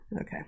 Okay